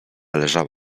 leżała